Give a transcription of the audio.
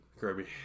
Kirby